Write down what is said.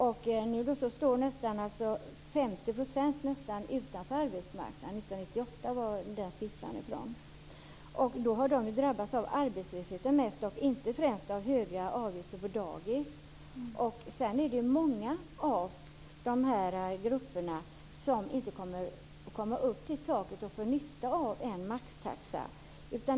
Nu står nästan 50 % utanför arbetsmarknaden. 1998 var den siffran ifrån. De har drabbats främst av arbetslösheten och inte av höga avgifter på dagis. Många i dessa grupper kommer inte att nå taket och få nytta av att det finns en maxtaxa.